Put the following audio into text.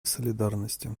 солидарности